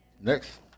Next